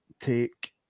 take